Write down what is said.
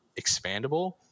expandable